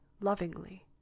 lovingly